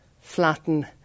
flatten